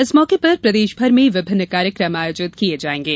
इस मौके पर प्रदेशभर में विभिन्न कार्यक्रम आयोजित किये जायेंगे